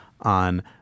on